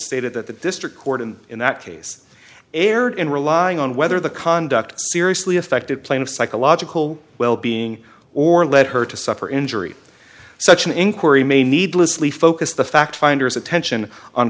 stated that the district court and in that case erred in relying on whether the conduct seriously affected plane of psychological wellbeing or lead her to suffer injury such an inquiry may needlessly focus the fact finders attention on